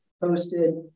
posted